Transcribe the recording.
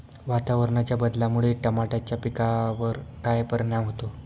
वातावरणाच्या बदलामुळे टमाट्याच्या पिकावर काय परिणाम होतो?